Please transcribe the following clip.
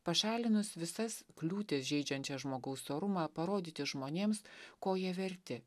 pašalinus visas kliūtis žeidžiančias žmogaus orumą parodyti žmonėms ko jie verti